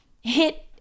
hit